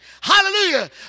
hallelujah